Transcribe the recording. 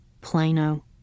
Plano